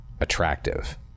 attractive